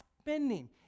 spending